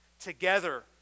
together